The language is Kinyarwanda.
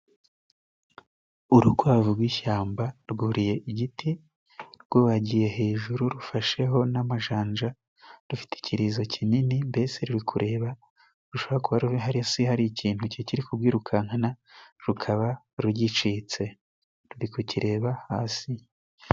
Urukwavu rw'ishyamba rwuriye igiti rwubagiye hejuru rufasheho n'amajanja, rufite ikirizo kinini mbese ruri kureba ,rushobora kuba hasi hari ikintu kikiri kurwirukankana rukaba rugicitse ruri kukireba hasi.